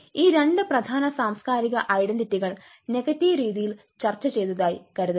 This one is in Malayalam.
ഈ രണ്ട് പ്രധാന സാംസ്കാരിക ഐഡന്റിറ്റികൾ നെഗറ്റീവ് രീതിയിൽ ചർച്ച ചെയ്തതായി കരുതുക